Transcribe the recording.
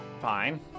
fine